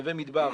נווה מדבר,